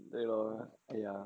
对 lor 一样